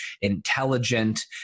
intelligent